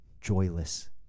joyless